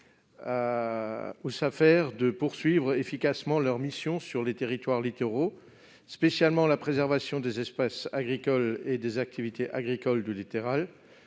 aux Safer de poursuivre efficacement leurs missions sur les territoires littoraux, spécialement la préservation des espaces agricoles et des activités agricoles du littoral.